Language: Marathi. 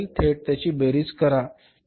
थेट त्याची बेरीज करा